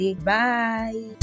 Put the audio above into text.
bye